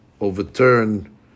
overturn